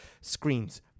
screens